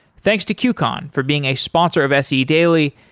thanks to qcon for being a sponsor of se daily.